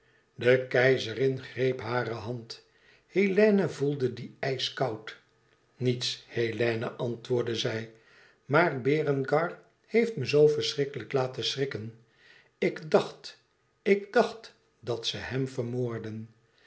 de keizerin greep hare hand hélène voelde die ijskoud niets hélène antwoordde zij maar berengar heeft me zoo verschrikkelijk laten schrikken ik dacht ik dacht dat ze hem vermoordden